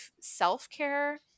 self-care